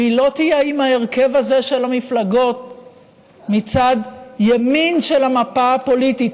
והיא לא תהיה עם ההרכב הזה של המפלגות מצד ימין של המפה הפוליטית,